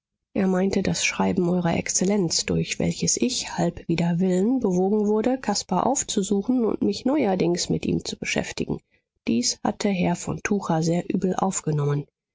er meinte das schreiben eurer exzellenz durch welches ich halb wider willen bewogen wurde caspar aufzusuchen und mich neuerdings mit ihm zu beschäftigen dies hatte herr von tucher sehr übel aufgenommen